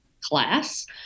class